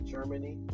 Germany